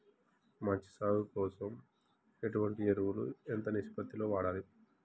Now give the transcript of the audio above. మంచి సాగు కోసం ఎటువంటి ఎరువులు ఎంత నిష్పత్తి లో వాడాలి?